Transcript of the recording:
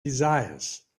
desires